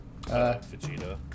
Vegeta